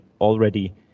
already